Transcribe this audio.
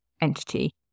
entity